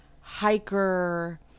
hiker